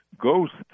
Ghosts